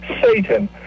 Satan